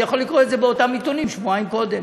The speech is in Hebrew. אני יכול לקרוא את זה באותם עיתונים שבועיים קודם,